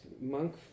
monk